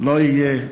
לא יהיה.